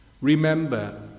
Remember